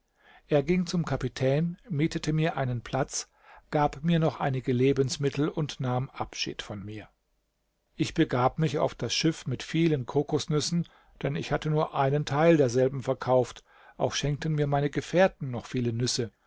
er ging zum kapitän mietete mir einen platz gab mir noch einige lebensmittel und nahm abschied von mir ich begab mich auf das schiff mit vielen kokosnüssen denn ich hatte nur einen teil derselben verkauft auch schenkten mir meine gefährten noch viele nüsse